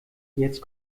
jetzt